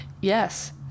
yes